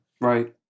Right